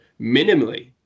minimally